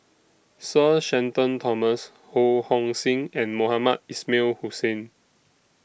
Sir Shenton Thomas Ho Hong Sing and Mohamed Ismail Hussain